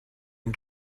and